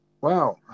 Wow